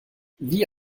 wie